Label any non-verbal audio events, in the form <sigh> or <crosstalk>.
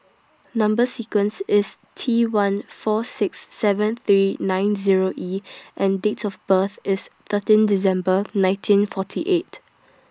Number <noise> sequence IS T one four six seven <noise> three nine Zero E and Date of birth IS <noise> thirteen December nineteen forty eight